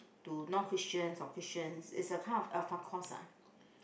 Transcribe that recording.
to non Christians or Christians its a kind of alpha course lah